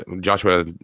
Joshua